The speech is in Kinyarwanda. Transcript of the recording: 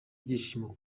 ibyishimo